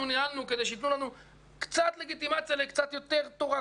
ניהלנו כדי שיתנו לנו קצת לגיטימציה לקצת יותר תורה?